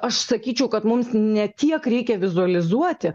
aš sakyčiau kad mums ne tiek reikia vizualizuoti